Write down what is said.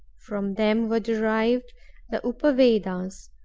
from them were derived the upa-vedas,